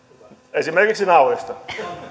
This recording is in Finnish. esimerkiksi naurista